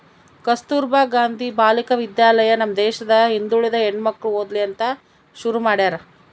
ಕಸ್ತುರ್ಭ ಗಾಂಧಿ ಬಾಲಿಕ ವಿದ್ಯಾಲಯ ನಮ್ ದೇಶದ ಹಿಂದುಳಿದ ಹೆಣ್ಮಕ್ಳು ಓದ್ಲಿ ಅಂತ ಶುರು ಮಾಡ್ಯಾರ